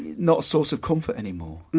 not a source of comfort anymore, and